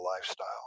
lifestyle